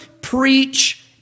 preach